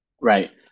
Right